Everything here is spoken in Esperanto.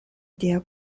tia